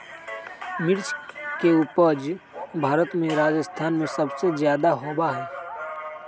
मिर्च के उपज भारत में राजस्थान में सबसे ज्यादा होबा हई